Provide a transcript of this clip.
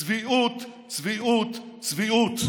צביעות, צביעות, צביעות.